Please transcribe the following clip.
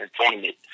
Entertainment